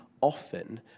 Often